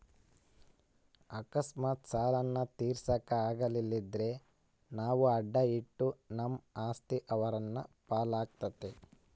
ಅಕಸ್ಮಾತ್ ಸಾಲಾನ ತೀರ್ಸಾಕ ಆಗಲಿಲ್ದ್ರ ನಾವು ಅಡಾ ಇಟ್ಟ ನಮ್ ಆಸ್ತಿ ಅವ್ರ್ ಪಾಲಾತತೆ